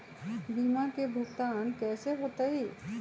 बीमा के भुगतान कैसे होतइ?